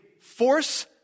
force